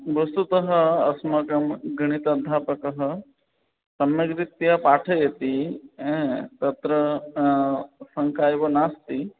वस्तुतः अस्माकं गणिताध्यापकः सम्यग्रीत्या पाठयति तत्र शङ्का एव नास्ति